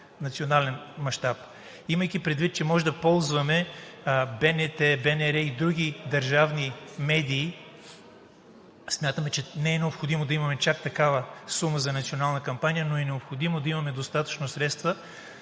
национален мащаб. Имайки предвид, че може да ползваме БНТ, БНР и други държавни медии, смятаме, че не е необходимо да имаме чак такава сума за национална кампания, но е необходимо да имаме достатъчно средства,